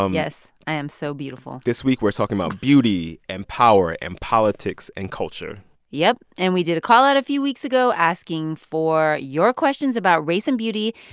um yes. i am so beautiful this week, we're talking about beauty and power and politics and culture yep. and we did a call-out a few weeks ago asking for your questions about race and beauty.